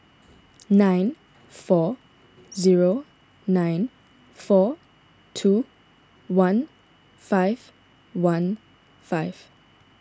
nine four zero nine four two one five one five